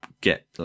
get